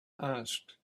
asked